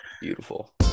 Beautiful